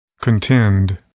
Contend